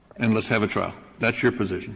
and let's have a trial. that's your position